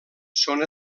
són